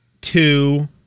two